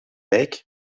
wijk